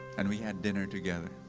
and we had dinner together.